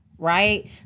right